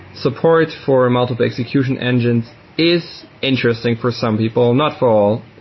support for multiple execution engines is interesting for some people, not for all.